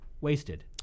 wasted